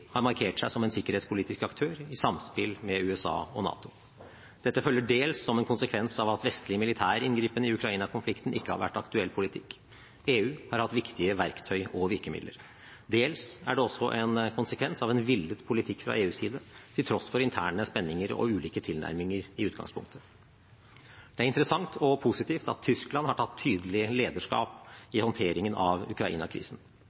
har markert seg som en sikkerhetspolitisk aktør, i samspill med USA og NATO. Dette følger dels som en konsekvens av at vestlig militær inngripen i Ukraina-konflikten ikke har vært aktuell politikk – EU har hatt viktige verktøy og virkemidler – dels er det også en konsekvens av en villet politikk fra EUs side, til tross for interne spenninger og ulike tilnærminger i utgangspunktet. Det er interessant og positivt at Tyskland har tatt tydelig lederskap